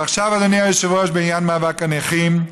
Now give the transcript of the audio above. ועכשיו, אדוני היושב-ראש, בעניין מאבק הנכים.